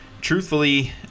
truthfully